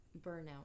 burnout